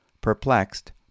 perplexed